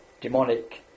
demonic